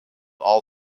all